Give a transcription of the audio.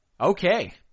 Okay